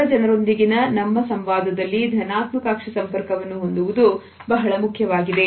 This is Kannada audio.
ಇತರ ಜನರೊಂದಿಗೆನ ನಮ್ಮ ಸಂವಾದದಲ್ಲಿ ಧನಾತ್ಮಕ ಅಕ್ಷಿ ಸಂಪರ್ಕವು ಹೊಂದುವುದು ಬಹಳ ಮುಖ್ಯವಾಗಿದೆ